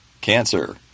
Cancer